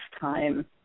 time